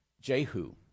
Jehu